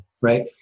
right